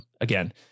again